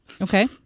Okay